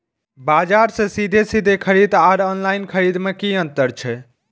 बजार से सीधे सीधे खरीद आर ऑनलाइन खरीद में की अंतर छै?